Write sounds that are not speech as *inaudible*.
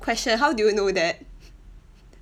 question how do you know that *breath* *noise*